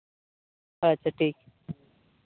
ᱟᱪᱪᱷᱟ ᱴᱷᱤᱠ